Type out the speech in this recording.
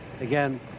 again